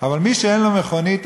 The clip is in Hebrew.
אבל מי שאין לו מכונית,